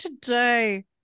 today